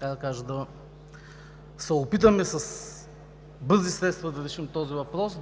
само за да се опитаме с бързи средства да решим този въпрос,